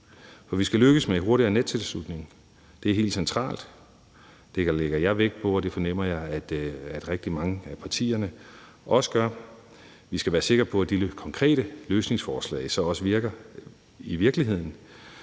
For vi skal lykkes med hurtigere nettilslutning; det er helt centralt. Det lægger jeg vægt på, og det fornemmer jeg at rigtig mange af partierne også gør. Vi skal være sikre på, at de konkrete løsningsforslag så også virker i virkeligheden.